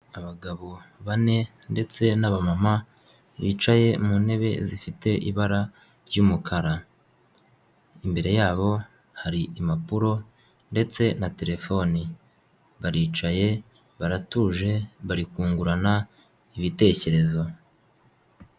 Abagabo bane ndetse n'abamama bicaye mu ntebe zifite ibara ry'umukara, imbere yabo hari impapuro ndetse na telefone, baricaye baratuje bari kungurana ibitekerezo.